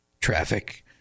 traffic